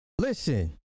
Listen